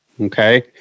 Okay